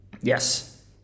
Yes